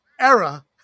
era